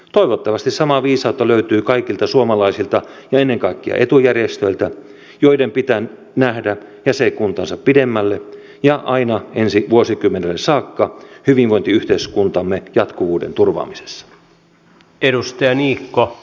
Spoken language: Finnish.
toivottavasti samaa viisautta löytyy kaikilta suomalaisilta ja ennen kaikkea etujärjestöiltä joiden pitää nähdä jäsenkuntaansa pidemmälle ja aina ensi vuosikymmenelle saakka hyvinvointiyhteiskuntamme jatkuvuuden turvaamisessa